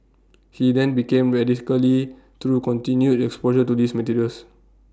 he then became through continued exposure to these materials